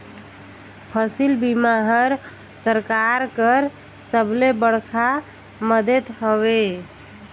फसिल बीमा हर सरकार कर सबले बड़खा मदेत हवे